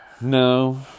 No